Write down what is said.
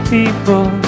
people